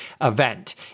event